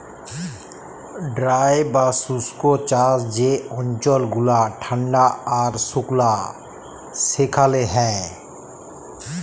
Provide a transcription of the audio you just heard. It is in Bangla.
ড্রাই বা শুস্ক চাষ যে অল্চল গুলা ঠাল্ডা আর সুকলা সেখালে হ্যয়